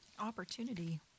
Opportunity